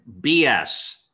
BS